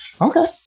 okay